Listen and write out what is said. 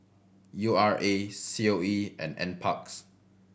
U R A C O E and Nparks